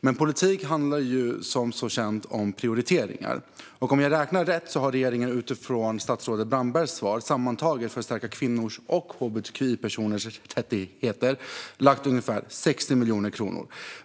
Men politik handlar som bekant om prioriteringar, och om jag räknar rätt har regeringen, utifrån statsrådets Brandbergs svar, sammantaget lagt ungefär 60 miljoner kronor på att stärka kvinnors och hbtqi-personers rättigheter,